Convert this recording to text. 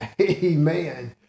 amen